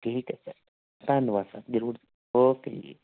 ਠੀਕ ਹੈ ਸਰ ਧੰਨਵਾਦ ਸਰ ਜ਼ਰੂਰ ਓਕੇ ਜੀ